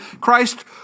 Christ